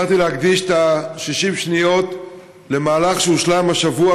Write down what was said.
בחרתי להקדיש את 60 השניות למהלך שהושלם השבוע